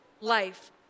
life